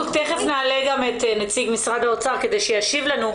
תכף נעלה גם את נציג משרד האוצר כדי שישיב לנו.